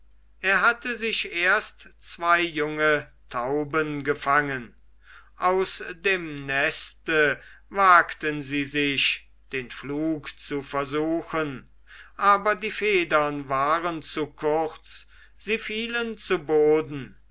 er hatte sich erst zwei junge tauben gefangen aus dem neste wagten sie sich den flug zu versuchen aber die federn waren zu kurz sie fielen zu boden